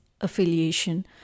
affiliation